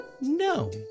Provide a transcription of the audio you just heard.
No